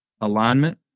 alignment